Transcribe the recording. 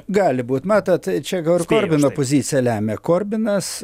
gali būt matot čia gal ir korbino pozicija lemia korbinas